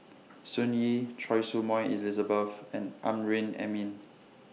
Sun Yee Choy Su Moi Elizabeth and Amrin Amin